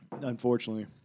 Unfortunately